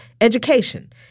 education